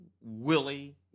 Willie